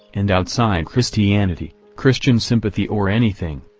and outside christianity, christian sympathy or anything.